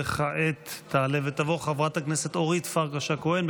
וכעת תעלה ותבוא חברת הכנסת אורית פרקש הכהן,